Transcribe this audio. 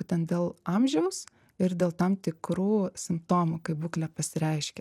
būtent dėl amžiaus ir dėl tam tikrų simptomų kai būklė pasireiškia